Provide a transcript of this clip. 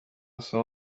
somo